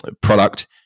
product